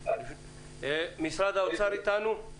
משרד האוצר איתנו?